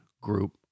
Group